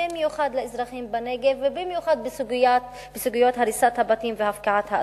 במיוחד לאזרחים בנגב ובמיוחד בסוגיית הריסת הבתים והפקעת האדמות.